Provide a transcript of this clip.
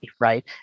right